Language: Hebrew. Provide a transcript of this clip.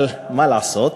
אבל מה לעשות,